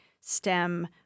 STEM